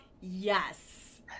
yes